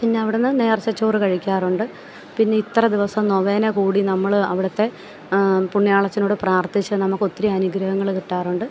പിന്നെ അവിടുന്ന് നേർച്ച ചോറ് കഴിക്കാറുണ്ട് പിന്നെ ഇത്ര ദിവസം നൊവേന കൂടി നമ്മൾ അവിടുത്തെ പുണ്യാളച്ചനോട് പ്രാർത്ഥിച്ച് നമുക്ക് ഒത്തിരി അനുഗ്രഹങ്ങൾ കിട്ടാറുണ്ട്